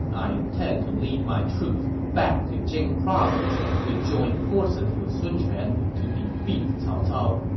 i intend to lead my troops back to jing province to join forces with sun quan to defeat cao cao,